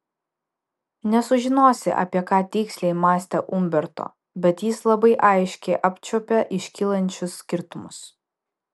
nesužinosi apie ką tiksliai mąstė umberto bet jis labai aiškiai apčiuopė iškylančius skirtumus